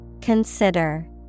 Consider